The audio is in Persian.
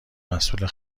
مسئول